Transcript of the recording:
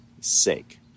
sake